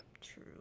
True